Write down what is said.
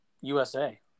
USA